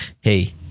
hey